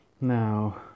Now